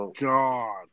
god